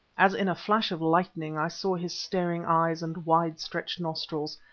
as in a flash of lightning i saw his staring eyes and wide-stretched nostrils,